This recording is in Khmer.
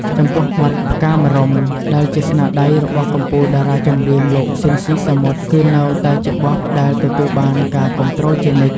ចំពោះបទ "ផ្កាម្រុំ" ដែលជាស្នាដៃរបស់កំពូលតារាចម្រៀង លោក ស៊ីន ស៊ីសាមុត គឺនៅតែជាបទដែលទទួលបានការគាំទ្រជានិច្ច។